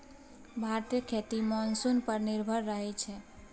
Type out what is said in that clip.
भारतीय खेती मानसून पर निर्भर रहइ छै